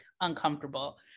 uncomfortable